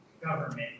government